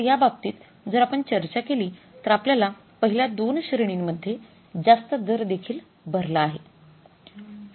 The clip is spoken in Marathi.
तर त्या बाबतीत जर आपण चर्चा केली तर आपण पहिल्या दोन श्रेणींमध्ये जास्त दर देखील भरला आहे